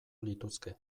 lituzke